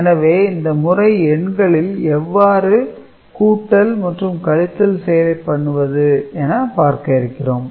எனவே இந்த முறை எண்களில் எவ்வாறு கூட்டல் மற்றும் கழித்தல் செயலை பண்ணுவது என பார்க்க இருக்கிறோம்